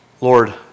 Lord